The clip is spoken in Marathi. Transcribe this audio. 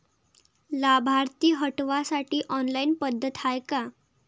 लाभार्थी हटवासाठी ऑनलाईन पद्धत हाय का?